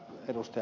karhulle